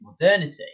modernity